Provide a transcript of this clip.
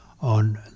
on